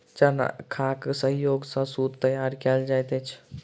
चरखाक सहयोग सॅ सूत तैयार कयल जाइत अछि